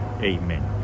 Amen